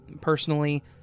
Personally